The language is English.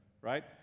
right